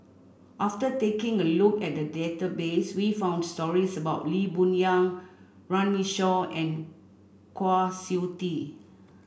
after taking a look at the database we found stories about Lee Boon Wang Runme Shaw and Kwa Siew Tee